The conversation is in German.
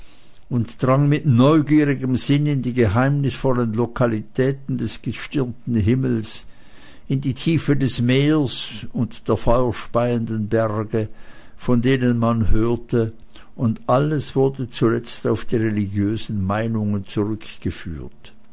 und drang mit neugierigem sinne in die geheimnisvollen lokalitäten des gestirnten himmels in die tiefe des meers und der feuerspeienden berge von denen man hörte und alles wurde zuletzt auf die religiösen meinungen zurückgeführt